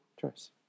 choice